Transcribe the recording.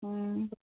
हुँ